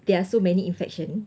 there are so many infection